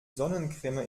sonnencreme